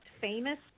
famous